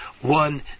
one